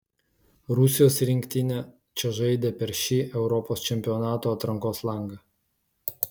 rusijos rinktinė čia žaidė per šį europos čempionato atrankos langą